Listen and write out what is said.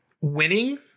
winning